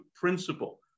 principle